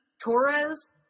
Torres